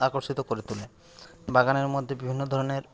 আকর্ষিত করে তোলে বাগানের মধ্যে বিভিন্ন ধরনের